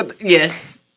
Yes